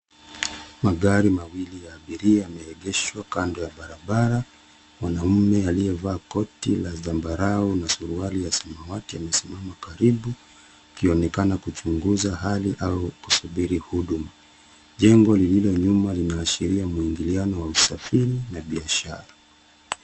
Magari mawili ya abiria yameegeshwa kando ya barabara. Mwanaume aliyevaa koti la zambarau na suruali ya samawati amesimama karibu akionekana kuchunguza hali au kusubiri huduma. Jengo lililo nyuma linaashiria mwingiliano wa usafiri na biashara.